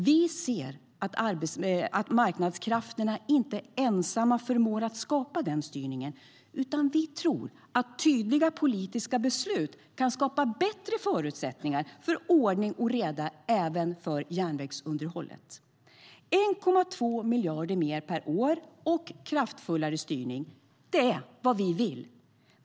Vi ser att marknadskrafterna inte ensamma förmår att skapa denna styrning, men vi tror att tydliga politiska beslut kan skapa bättre förutsättningar för ordning och reda även för järnvägsunderhållet.1,2 miljarder mer per år och en kraftfullare styrning, det är vad vi vill.